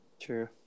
True